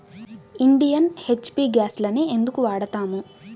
Indian, HP గ్యాస్లనే ఎందుకు వాడతాము?